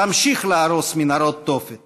תמשיך להרוס מנהרות תופת